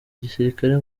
gisirikare